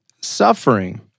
suffering